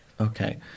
Okay